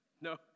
No